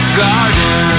garden